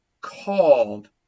called